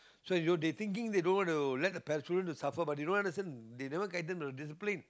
so you know they thinking they don't want to let the pa~ children to suffer but they don't understand they never get them to discipline